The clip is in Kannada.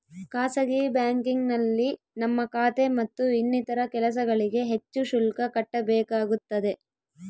ಖಾಸಗಿ ಬ್ಯಾಂಕಿಂಗ್ನಲ್ಲಿ ನಮ್ಮ ಖಾತೆ ಮತ್ತು ಇನ್ನಿತರ ಕೆಲಸಗಳಿಗೆ ಹೆಚ್ಚು ಶುಲ್ಕ ಕಟ್ಟಬೇಕಾಗುತ್ತದೆ